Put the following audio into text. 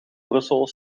brussel